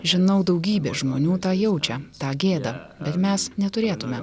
žinau daugybė žmonių tą jaučia tą gėdą bet mes neturėtume